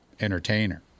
entertainer